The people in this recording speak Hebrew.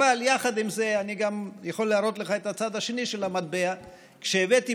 יחד עם זה אני יכול להראות לך את הצד השני של המטבע: כשהבאתי